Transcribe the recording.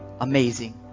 Amazing